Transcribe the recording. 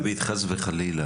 דויד, חס וחלילה.